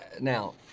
Now